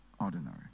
ordinary